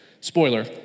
Spoiler